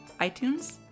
iTunes